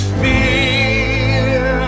fear